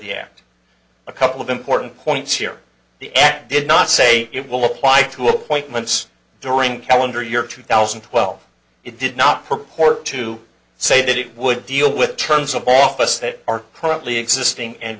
act a couple of important points here the act did not say it will apply to appointments during calendar year two thousand and twelve it did not purport to say that it would deal with terms of office that are currently existing and